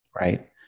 Right